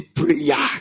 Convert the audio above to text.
prayer